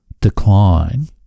decline